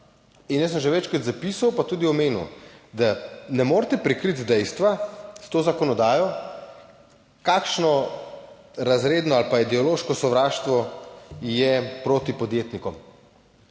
in jaz sem že večkrat zapisal pa tudi omenil, da ne morete prikriti dejstva s to zakonodajo, kakšno razredno ali pa ideološko sovraštvo je **7.